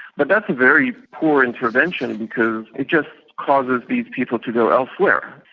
but that's a very poor intervention because it just causes these people to go elsewhere.